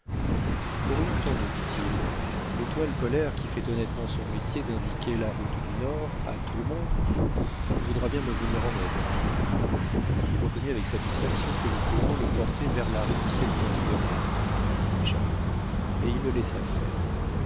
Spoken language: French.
orientons nous dit-il l'étoile polaire qui fait honnêtement son métier d'indiquer la route du nord à tout le monde voudra bien me venir en aide il reconnut avec satisfaction que le courant le portait vers la rive septentrionale du tchad et il le laissa faire